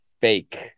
Fake